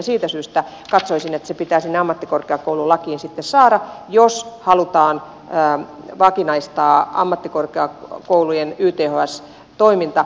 siitä syystä katsoisin että se pitää sinne ammattikorkeakoululakiin sitten saada jos halutaan vakinaistaa ammattikorkeakoulujen yths toiminta